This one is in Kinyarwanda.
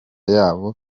yabo